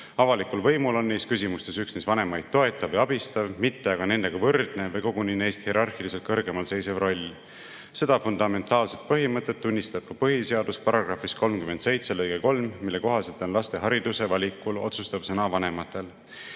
Avalikul võimul on neis küsimustes üksnes vanemaid toetav ja abistav, mitte aga nendega võrdne või koguni neist hierarhiliselt kõrgemal seisev roll. Seda fundamentaalset põhimõtet tunnistab ka põhiseaduse § 37 lõige 3, mille kohaselt on laste hariduse valikul otsustav sõna vanematel. Paljudele